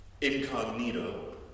incognito